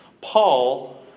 Paul